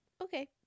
Okay